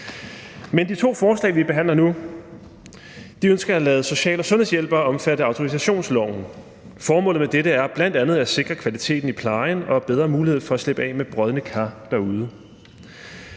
Med de to forslag, vi behandler nu, ønsker man at lade social- og sundhedshjælpere omfatte af autorisationsloven. Formålet med dette er bl.a. at sikre kvaliteten i plejen og sikre bedre mulighed for at slippe af med brodne kar derude.